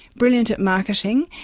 brilliant at marketing,